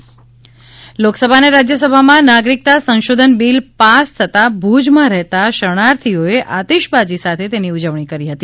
ભુજ નાગરિકતા ઉજવણી લોકસભા અને રાજયસભામાં નાગરિકતા સંશોધન બિલ પાસ થતાં ભૂજમાં રહેતા શરણાર્થીઓએ આતીશબાજી સાથે તેની ઉજવણી કરી હતી